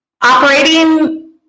operating